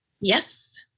yes